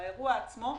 האירוע עצמו,